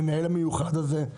המנהל המיוחד הזה,